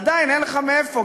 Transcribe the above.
עדיין אין לך מאיפה.